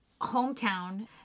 hometown